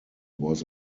was